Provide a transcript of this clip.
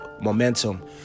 momentum